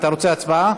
אתה רוצה הצבעה?